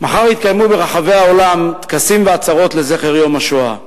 מחר יתקיימו ברחבי העולם טקסים ועצרות לזכר יום השואה.